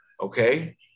okay